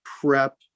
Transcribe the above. prep